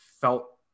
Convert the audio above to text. felt